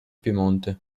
piemonte